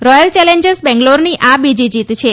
royal Challengers બેગ્લોરની આ બીજી જીત છે